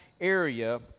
area